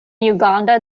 uganda